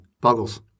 Buggles